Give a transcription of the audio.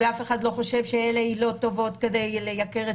ואף אחד לא חושב שאלה עילות טובות כדי לייקר את